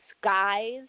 skies